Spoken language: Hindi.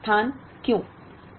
एकमात्र स्थान क्यों